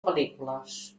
pel·lícules